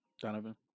Donovan